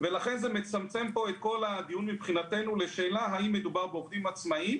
ולכן זה מצמצם את כל הדיון מבחינתנו לשאלה האם מדובר בעובדים עצמאים